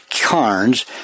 Carnes